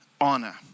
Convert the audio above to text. honor